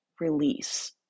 release